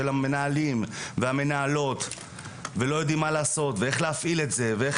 של המנהלים והמנהלות ולא יודעים מה לעשות ואיך להפעיל את זה ואיך